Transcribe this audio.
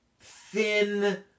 thin